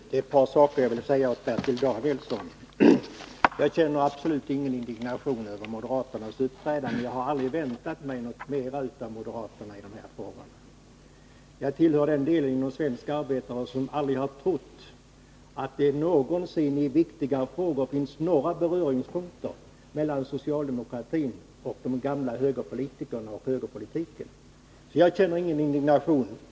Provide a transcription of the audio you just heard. Herr talman! Det är ett par saker jag vill säga till Bertil Danielsson. Jag känner absolut ingen indignation över moderaternas uppträdande — jag har aldrig väntat mig någonting mera av moderaterna i dessa frågor. Jag tillhör den del av svensk arbetarrörelse som aldrig någonsin har trott att det finns beröringspunkter mellan socialdemokratin och den gamla högerpolitiken. Jag känner ingen indignation.